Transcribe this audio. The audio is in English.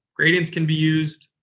gradients can be used,